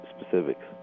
specifics